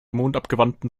mondabgewandten